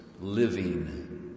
living